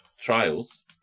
trials